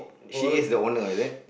she is the owner is it